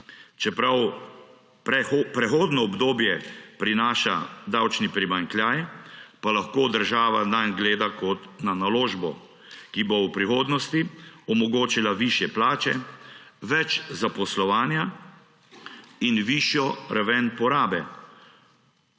Čeprav prehodno obdobje prinaša davčni primanjkljaj, pa lahko država nanj gleda kot na naložbo, ki bo v prihodnosti omogočila višje plače, več zaposlovanja in višjo raven porabe.